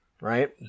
Right